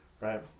right